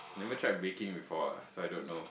never tried baking before ah so I don't know